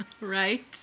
Right